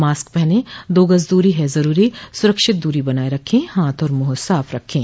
mask पहनें दो गज़ दूरी है ज़रूरी सुरक्षित दूरी बनाए रखें हाथ और मुंह साफ़ रखें